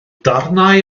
darnau